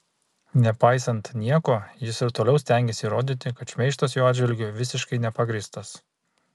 nepaisant nieko jis ir toliau stengiasi įrodyti kad šmeižtas jo atžvilgiu visiškai nepagrįstas